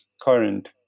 current